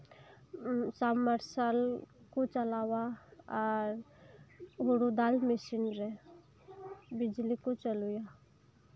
submersible ᱠᱚ ᱪᱟᱞᱟᱣᱟ ᱟᱨ ᱦᱩᱲᱩ ᱫᱟᱞ ᱢᱮᱥᱤᱱ ᱨᱮ ᱵᱤᱡᱽᱞᱤ ᱠᱚ ᱪᱟᱞᱩᱭᱟ